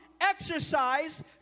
exercise